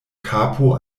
kapo